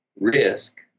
risk